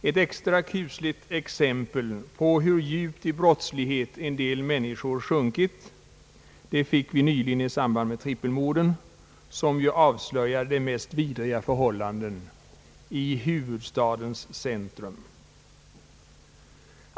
Ett extra kusligt exempel på hur djupt i brottslighet en del människor sjunkit fick vi nyligen i samband med trippelmorden, som avslöjade de mest vidriga förhållanden i huvudstadens centrum.